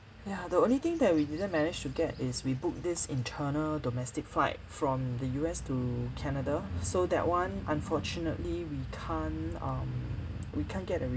ya the only thing that we didn't manage to get is we book this internal domestic flight from the U_S to canada so that one unfortunately we can't um we can't get a